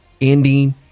ending